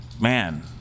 man